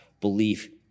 belief